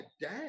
dad